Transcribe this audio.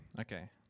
Okay